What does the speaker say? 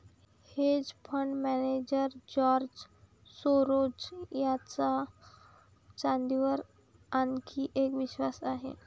hedge fund manager George Soros यांचा चांदीवर आणखी एक विश्वास आहे